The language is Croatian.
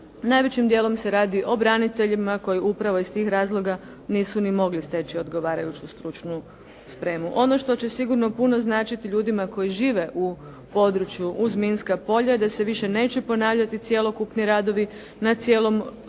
Najvećim dijelom se radi o braniteljima koji upravo iz tih razloga nisu ni mogli steći odgovarajuću stručnu spremu. Ono što će sigurno puno značiti ljudima koji žive u području uz minska polja, da se više neće ponavljati cjelokupni radovi na cijelom području,